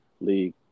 league